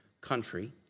country